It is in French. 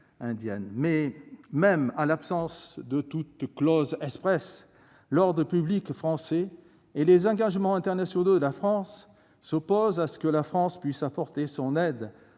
en l'absence même de toute clause expresse, l'ordre public français et les engagements internationaux de la France s'opposent à ce que notre pays puisse apporter son aide